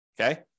Okay